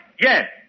Yes